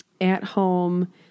at-home